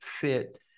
fit